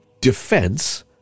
defense